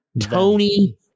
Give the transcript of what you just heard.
Tony